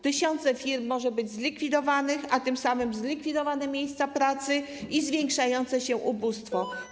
Tysiące firm może być zlikwidowanych, a tym samym zlikwidowane miejsca pracy i zwiększające się ubóstwo.